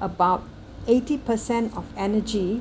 about eighty percent of energy